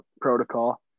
protocol